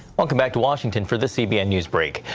welcome back to washington for this cbn newsbreak.